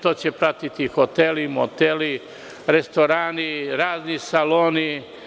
To će pratiti hoteli, moteli, restorani, razni restorani, saloni.